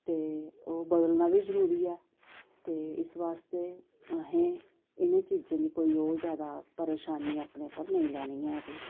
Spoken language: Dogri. ते ओह् बदलना बी जरूरी ऐ ते इस आस्तै असें इ'नें चीजें गी कोई ओह् जैदा परेशानी अपने उप्पर नेई लैनी ऐ बी